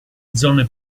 zone